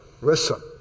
Listen